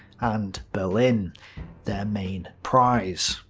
and berlin their main prize.